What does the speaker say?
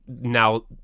Now